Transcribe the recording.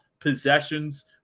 possessions